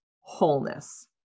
wholeness